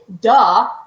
duh